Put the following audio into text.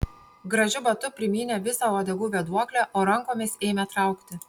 gražiu batu primynė visą uodegų vėduoklę o rankomis ėmė traukti